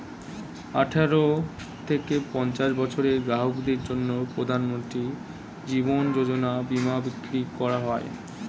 আঠারো থেকে পঞ্চাশ বছরের গ্রাহকদের জন্য প্রধানমন্ত্রী জীবন যোজনা বীমা বিক্রি করা হয়